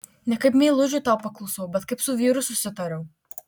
ne kaip meilužiui tau paklusau bet kaip su vyru susitariau